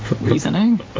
reasoning